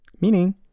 Meaning